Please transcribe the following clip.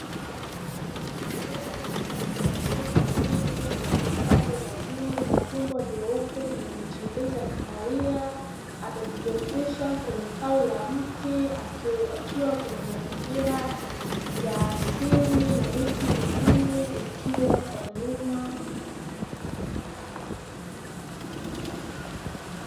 Ndege rangi ya bluu na kijivu sehemu zake za juu na tumbo jeupe lenye michirizi ya kahawia, amejipumzisha kwenye tawi la mti, akiwa kwenye mazingira ya asili na miti mingine ikiwa kwa nyuma.